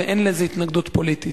ואין לזה התנגדות פוליטית.